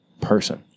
person